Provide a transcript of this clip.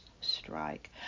strike